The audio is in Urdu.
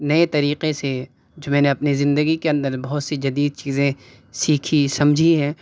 نئے طریقے سے جو میں نے اپنی زندگی کے اندر بہت سی جدید چیزیں سیکھی سمجھی ہے